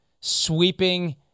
sweeping